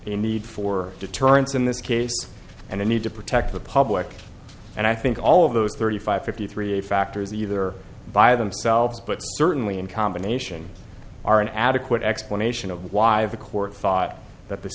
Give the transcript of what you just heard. need for deterrence in this case and the need to protect the public and i think all of those thirty five fifty three a factor that either by themselves but certainly in combination are an adequate explanation of why th